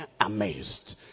amazed